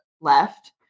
left